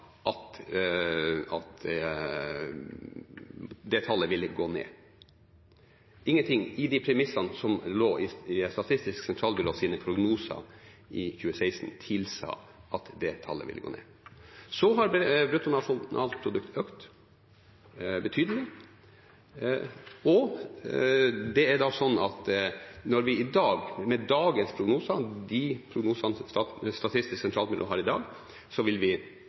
premissene som lå i prognosene fra Statistisk sentralbyrå i 2016, tilsa at det tallet ville gå ned. Så har bruttonasjonalproduktet økt betydelig, og det er da slik at med dagens prognoser – med de prognosene som Statistisk sentralbyrå har i dag – vil vi